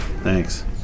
Thanks